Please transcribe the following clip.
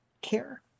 care